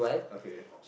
okay